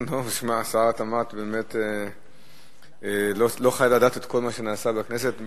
שר התמ"ת לא חייב לדעת כל מה שנעשה בכנסת.